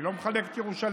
אני לא מחלק את ירושלים,